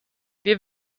wir